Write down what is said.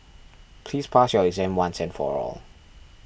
please pass your exam once and for all